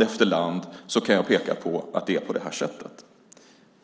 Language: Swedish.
efter land kan jag peka på att det är på det här sättet.